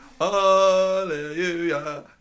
Hallelujah